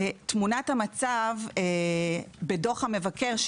תמונת המצב בדוח המבקר,